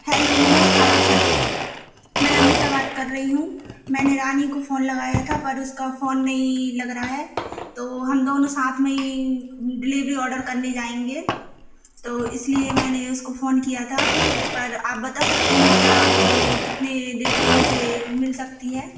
hello नमस्कार sir मैं अनीता बात कर रही हूँ मैंने रानी को फ़ोन लगाया था बट उसका फ़ोन नहीं लग रहा है तो हम दोनों साथ में ही डिलीवरी ऑर्डर करने जाएँगे तो इसलिए मैंने उसको फ़ोन किया था पर आप बता सकते हैं कि क्या वो कितने देर में मुझे मिल सकती है